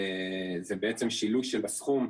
זה בעצם שילוש של הסכום,